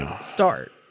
start